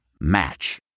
Match